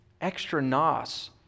Extra-nos